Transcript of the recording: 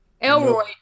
Elroy